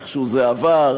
איכשהו זה עבר,